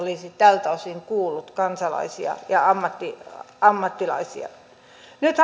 olisi tältä osin kuullut kansalaisia ja ammattilaisia nyt